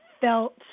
felt